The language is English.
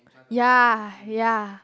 ya ya